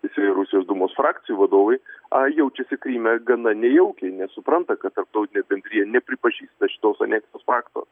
visi rusijos dūmos frakcijų vadovai a jaučiasi kryme gana nejaukiai nes supranta kad tarptautinė bendrija nepripažįsta tos aneksijos fakto